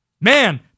Man